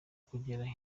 kugera